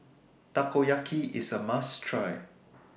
Takoyaki IS A must Try